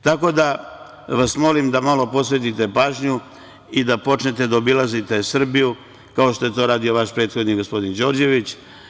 Tako da vas molim da malo posvetite pažnju i da počnete da obilazite Srbiju, kao što je to radio vaš prethodni gospodin Đorđević.